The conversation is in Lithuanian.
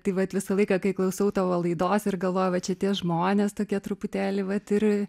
tai vat visą laiką kai klausau tavo laidos ir galvoju va čia tie žmonės tokie truputėlį vat ir